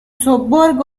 sobborgo